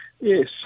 yes